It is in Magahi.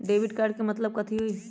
डेबिट कार्ड के मतलब कथी होई?